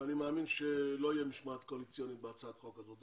אני מאמין שלא תהיה משמעת קואליציונית בהצעת החוק הזאת,